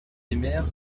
mères